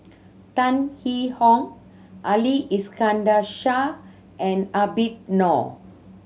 Tan Yee Hong Ali Iskandar Shah and Habib Noh